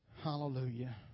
Hallelujah